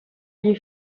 gli